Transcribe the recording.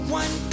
one